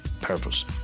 purpose